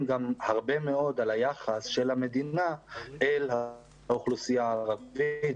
גם הרבה מאוד על היחס של המדינה אל האוכלוסייה הערבית,